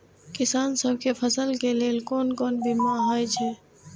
किसान सब के फसल के लेल कोन कोन बीमा हे छे?